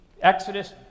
Exodus